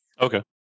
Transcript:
okay